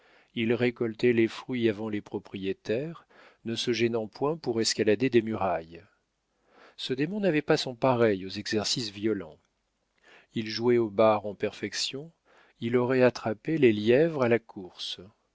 il récoltait les fruits avant les propriétaires ne se gênant point pour escalader des murailles ce démon n'avait pas son pareil aux exercices violents il jouait aux barres en perfection il aurait attrapé les lièvres à la course